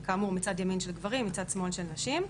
כאמור, מצד ימין של גברים, מצד שמאל של נשים,